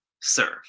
serve